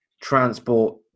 transport